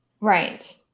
right